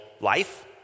life